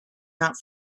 not